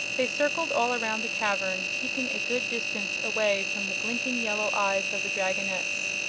they circled all around the cavern, keeping a good distance away from the blinking yellow eyes of the dragonettes,